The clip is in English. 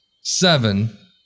seven